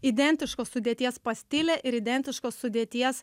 identiškos sudėties pastilę ir identiškos sudėties